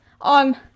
on